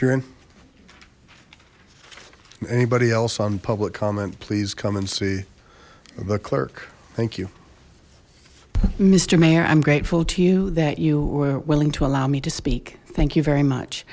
sir in anybody else on public comment please come and see the clerk thank you mister mayor i'm grateful to you that you were willing to allow me to speak thank you very much